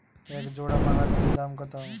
এক জোড়া বাঁধাকপির দাম কত?